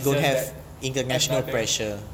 it's just that another